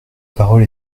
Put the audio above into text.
parole